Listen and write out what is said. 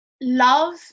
love